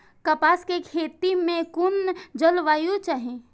कपास के खेती में कुन जलवायु चाही?